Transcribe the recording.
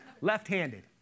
Left-handed